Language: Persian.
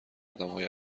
آدمهای